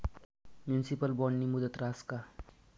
Municipal बॉन्डनी मुदत रहास का?